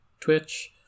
Twitch